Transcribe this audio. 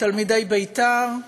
תלמידי בית"ר,